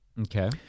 Okay